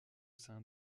sein